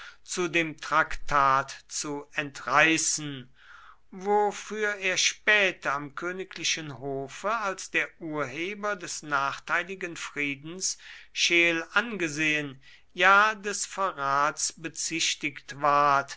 zu dem traktat zu entreißen wofür er später am königlichen hofe als der urheber des nachteiligen friedens scheel angesehen ja des verrats bezichtigt ward